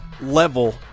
level